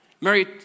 Mary